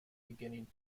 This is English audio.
beginning